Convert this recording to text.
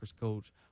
coach